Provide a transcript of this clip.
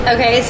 Okay